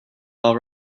all